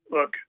Look